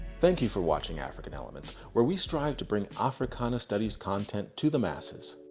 thank you for watching african elements where we strive to bring africana studies content to the masses.